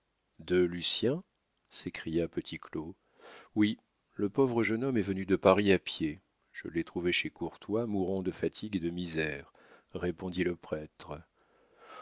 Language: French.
de lucien s'écria petit claud oui le pauvre jeune homme est venu de paris à pied je l'ai trouvé chez courtois mourant de fatigue et de misère répondit le prêtre